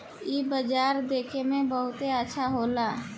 इ बाजार देखे में बहुते अच्छा होला